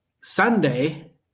Sunday